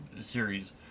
series